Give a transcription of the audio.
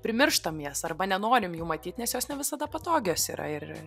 primirštam jas arba nenorim jų matyt nes jos ne visada patogios yra ir